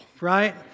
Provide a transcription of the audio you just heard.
right